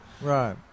Right